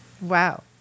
Wow